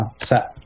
set